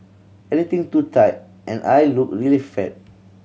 anything too tight and I look really flat